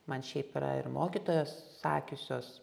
man šiaip yra ir mokytojos sakiusios